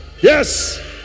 Yes